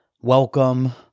welcome